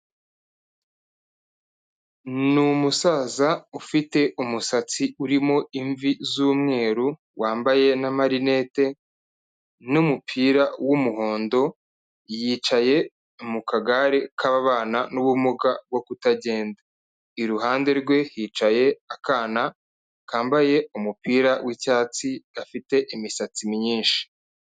Ni umusaza ufite umusatsi urimo imvi z'umweru, wambaye n'amarinete, n'umupira w'umuhondo, yicaye mu kagare k'ababana n'ubumuga bwo kutagenda. Iruhande rwe hicaye akana, kambaye umupira w'icyatsi, gafite imisatsi myinshi.